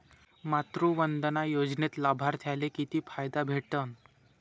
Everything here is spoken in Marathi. मातृवंदना योजनेत लाभार्थ्याले किती फायदा भेटन?